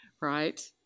right